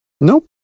Nope